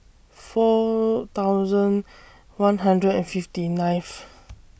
four thousand one hundred and fifty nineth